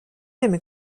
نمی